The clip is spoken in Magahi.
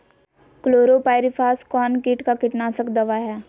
क्लोरोपाइरीफास कौन किट का कीटनाशक दवा है?